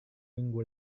minggu